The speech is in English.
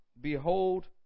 Behold